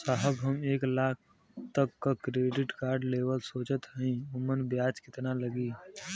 साहब हम एक लाख तक क क्रेडिट कार्ड लेवल सोचत हई ओमन ब्याज कितना लागि?